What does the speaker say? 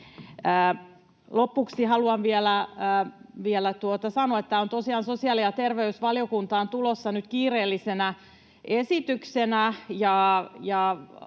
Lopuksi haluan vielä sanoa, että tämä on tosiaan sosiaali- ja terveysvaliokuntaan tulossa nyt kiireellisenä esityksenä